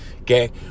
Okay